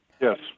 Yes